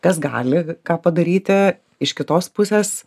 kas gali ką padaryti iš kitos pusės